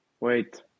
wait